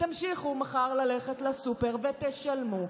תמשיכו מחר ללכת לסופר ותשלמו.